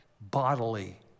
bodily